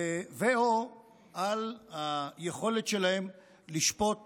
ו/או על היכולת שלהם לשפוט